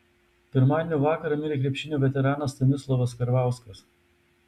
pirmadienio vakarą mirė krepšinio veteranas stanislovas karvauskas